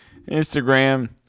Instagram